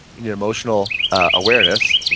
you need emotional awareness.